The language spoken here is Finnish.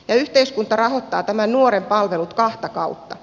yhteiskunta rahoittaa tämän nuoren palvelut kahta kautta